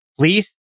PLEASE